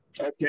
Okay